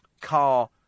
car